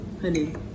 honey